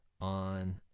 on